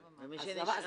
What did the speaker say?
מסתנן.